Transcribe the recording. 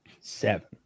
seven